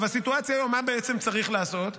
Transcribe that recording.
בסיטואציה היום, מה צריך לעשות?